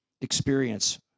experience